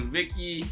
Vicky